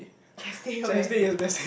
chest day your best day